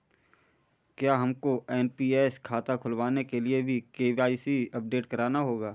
क्या हमको एन.पी.एस खाता खुलवाने के लिए भी के.वाई.सी अपडेट कराना होगा?